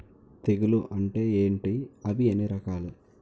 తెగులు అంటే ఏంటి అవి ఎన్ని రకాలు?